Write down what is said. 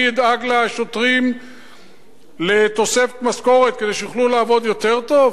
אדאג לתוספת משכורת לשוטרים כדי שיוכלו לעבוד יותר טוב,